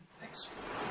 Thanks